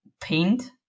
paint